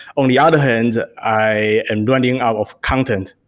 on the other hand, i am running out of content,